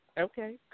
okay